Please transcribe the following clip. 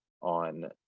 on